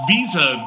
Visa